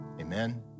Amen